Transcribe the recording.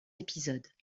épisodes